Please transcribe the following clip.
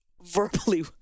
Verbally